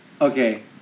okay